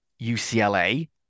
UCLA